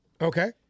Okay